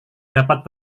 dapat